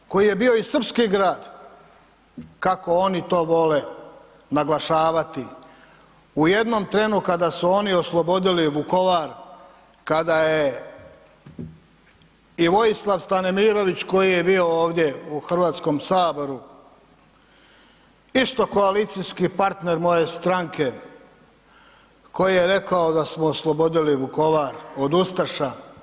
U Vukovaru koji je bio i srpski grad kako oni to vole naglašavati u jednom trenu kada su oni oslobodili Vukovar kada je i Vojislav Stanimirović koji je bio ovdje u Hrvatskom saboru isto koalicijski partner moje stranke koji je rekao da smo oslobodili Vukovar od ustaša.